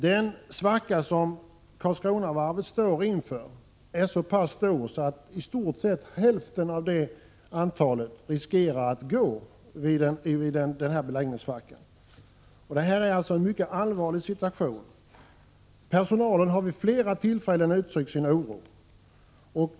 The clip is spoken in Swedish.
Den beläggningssvacka som Karlskronavarvet står inför är så pass djup att i stort sett hälften av det antalet riskerar att få gå. Situationen är alltså mycket allvarlig. Personalen har vid flera tillfällen uttryckt sin oro.